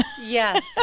yes